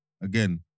Again